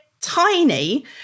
tiny